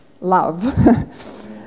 love